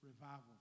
revival